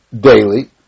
daily